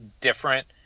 different